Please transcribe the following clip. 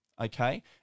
okay